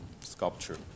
sculpture